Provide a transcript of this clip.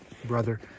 brother